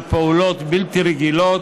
על פעולות בלתי רגילות,